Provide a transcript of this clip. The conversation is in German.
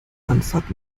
anfahrt